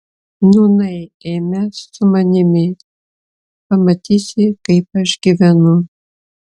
nūnai eime su manimi pamatysi kaip aš gyvenu